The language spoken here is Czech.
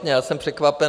Já jsem překvapený.